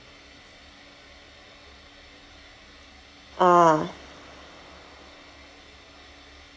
ah